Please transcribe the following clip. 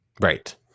Right